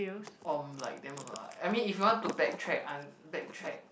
um I like them a lot I mean if you want to back track I'm back track